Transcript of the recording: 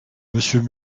monsieur